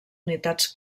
unitats